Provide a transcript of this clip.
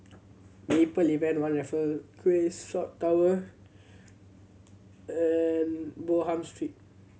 Maple One Raffle Quay South Tower and Bonham Street